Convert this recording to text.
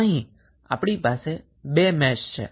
અહીં આપણી પાસે 2 મેશ છે